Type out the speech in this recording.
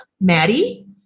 Maddie